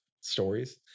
stories